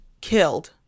killed